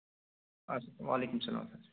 اَچھا وعلیکُم سَلام سَر